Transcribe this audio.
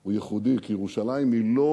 הוא ייחודי, כי ירושלים היא לא